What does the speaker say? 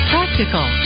Practical